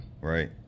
right